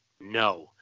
No